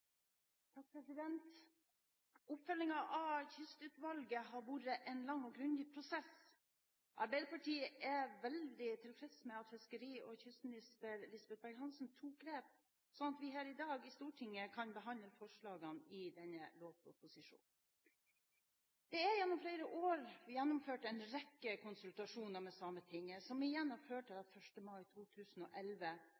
kystminister Lisbeth Berg-Hansen tok grep, sånn at vi her i dag i Stortinget kan behandle forslagene i denne lovproposisjonen. Det er gjennom flere år gjennomført en rekke konsultasjoner med Sametinget, som igjen har ført til